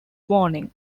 warning